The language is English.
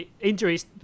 Injuries